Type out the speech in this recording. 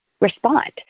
respond